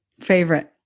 Favorite